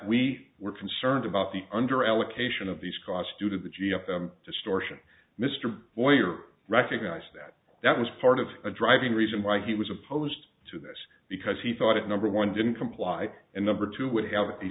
we were concerned about the under allocation of these costs due to the g o p distortion mr hoyer recognized that that was part of a driving reason why he was opposed to this because he thought it number one didn't comply and number two would have a